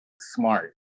smart